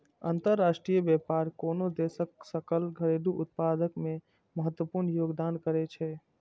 अंतरराष्ट्रीय व्यापार कोनो देशक सकल घरेलू उत्पाद मे महत्वपूर्ण योगदान करै छै